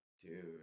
dude